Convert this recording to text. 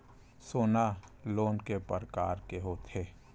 सोना लोन के प्रकार के होथे?